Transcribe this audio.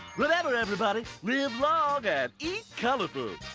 remember, everybody, live long and eat colorful,